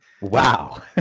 Wow